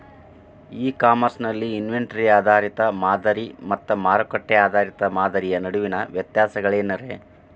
E commerce ನಲ್ಲಿ inventory ಆಧಾರಿತ ಮಾದರಿ ಮತ್ತ ಮಾರುಕಟ್ಟೆ ಆಧಾರಿತ ಮಾದರಿಯ ನಡುವಿನ ವ್ಯತ್ಯಾಸಗಳೇನ ರೇ?